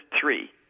three